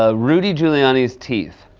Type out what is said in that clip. ah rudy giuliani's teeth.